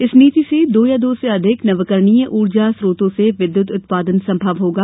इस नीति से दो या दो से अधिक नवीकरणीय ऊर्जा स्त्रोतो से विद्युत उत्पादन संभव होगा